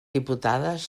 diputades